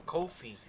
Kofi